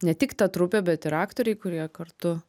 ne tik ta trupė bet ir aktoriai kurie kartu